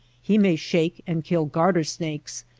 he may shake and kill garter-snakes,